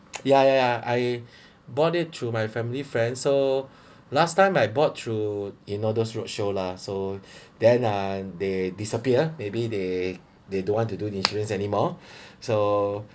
ya ya ya I bought it through my family friend so last time I bought through in all those roadshow lah so then uh they disappear maybe they they don't want to do insurance anymore so